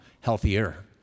healthier